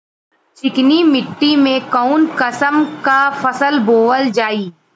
चिकनी मिट्टी में कऊन कसमक फसल बोवल जाई?